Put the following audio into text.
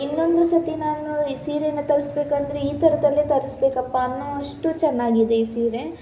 ಇನ್ನೊಂದು ಸರ್ತಿ ನಾನು ಈ ಸೀರೆಯನ್ನು ತರ್ಸಬೇಕಂದ್ರೆ ಈ ಥರದಲ್ಲೇ ತರ್ಸಬೇಕಪ್ಪ ಅನ್ನೋ ಅಷ್ಟು ಚೆನ್ನಾಗಿದೆ ಈ ಸೀರೆ